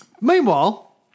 Meanwhile